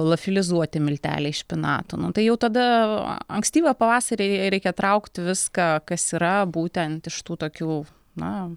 lofilizuoti milteliai špinatų nu tai jau tada ankstyvą pavasarį reikia traukt viską kas yra būtent iš tų tokių na